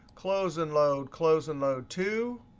close and load, close and load to,